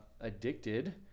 addicted